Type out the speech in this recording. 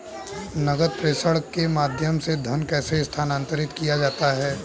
नकद प्रेषण के माध्यम से धन कैसे स्थानांतरित किया जाता है?